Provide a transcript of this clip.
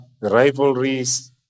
rivalries